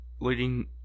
leading